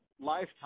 lifetime